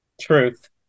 Truth